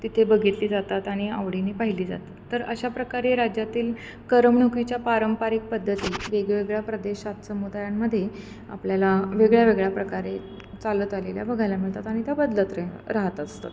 तिथे बघितली जातात आणि आवडीने पाहिली जातात तर अशा प्रकारे राज्यातील करमणुकीच्या पारंपरिक पद्धती वेगवेगळ्या प्रदेशात समुदायांमध्ये आपल्याला वेगळ्या वेगळ्या प्रकारे चालत आलेल्या बघायला मिळतात आणि त्या बदलत र राहत असतात